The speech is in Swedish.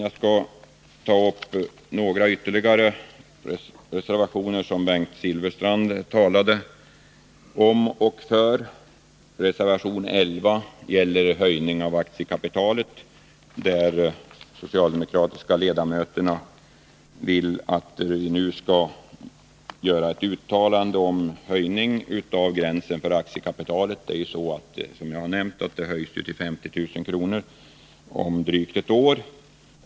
Jag skall ta upp några ytterligare reservationer som Bengt Silfverstrand talade om och för. Reservation 11 gäller höjning av aktiekapitalet. De socialdemokratiska ledamöterna vill att vi nu skall göra ett uttalande om ytterligare höjning av gränsen för aktiekapitalet. Som jag har nämnt höjs gränsen till 50 000 kr. om drygt ett år.